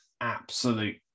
absolute